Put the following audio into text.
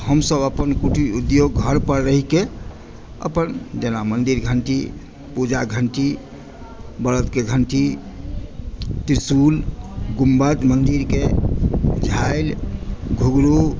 हमसभ अपन कुटीरउद्योग घर पर रहिके अपन जेना मन्दिर घण्टी पुजा घण्टी बरद घण्टी त्रिशुल गुम्बद मन्दिरके झालि घुँघरू